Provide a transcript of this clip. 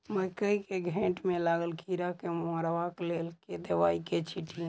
मकई केँ घेँट मे लागल कीड़ा केँ मारबाक लेल केँ दवाई केँ छीटि?